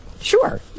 Sure